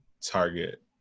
target